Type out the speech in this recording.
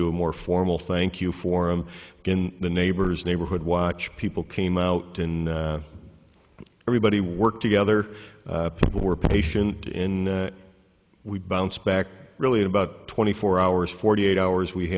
a more formal thank you for him in the neighbors neighborhood watch people came out in everybody worked together people were patient in we bounce back really about twenty four hours forty eight hours we